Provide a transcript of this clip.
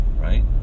right